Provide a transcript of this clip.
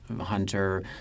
Hunter